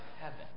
heaven